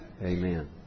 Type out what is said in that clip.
Amen